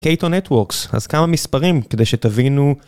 קייטו נטוורקס, אז כמה מספרים כדי שתבינו...